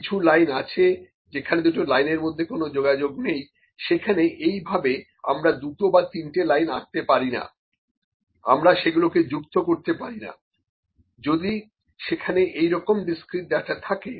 কিছু লাইন আছে যেখানে দুটো লাইনের মধ্যে কোনো যোগাযোগ নেই সেখানে এই ভাবে আমরা দুটো বা তিনটে লাইন আঁকতে পারি না আমরা সেগুলোকে যুক্ত করতে পারি না যদি সেখানে এই রকম ডিসক্রিট ডাটা থাকে